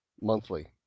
monthly